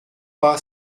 pas